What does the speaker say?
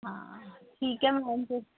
हां ठीक ऐ मैम फेर